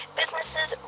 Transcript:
businesses